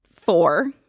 four